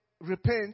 repent